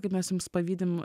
kaip mes jums pavydim